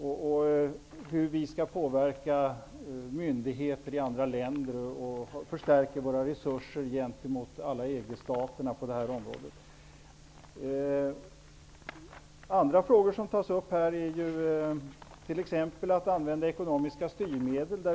Det talas om hur vi skall påverka myndigheter i andra länder och förstärka våra resurser gentemot alla EG-stater på detta område. Andra frågor som tas upp är t.ex. användandet av ekonomiska styrmedel.